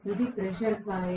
ఇది pressure coil